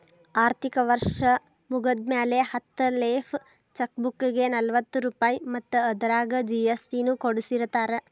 ಆರ್ಥಿಕ ವರ್ಷ್ ಮುಗ್ದ್ಮ್ಯಾಲೆ ಹತ್ತ ಲೇಫ್ ಚೆಕ್ ಬುಕ್ಗೆ ನಲವತ್ತ ರೂಪಾಯ್ ಮತ್ತ ಅದರಾಗ ಜಿ.ಎಸ್.ಟಿ ನು ಕೂಡಸಿರತಾರ